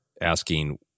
asking